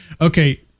okay